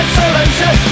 solution